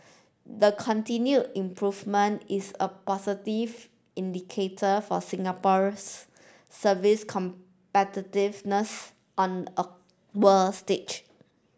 the continue improvement is a positive indicator for Singapore's service competitiveness on a world stage